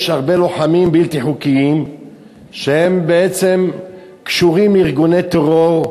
יש הרבה לוחמים בלתי חוקיים שבעצם קשורים לארגוני טרור,